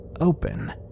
open